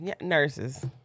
nurses